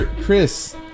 Chris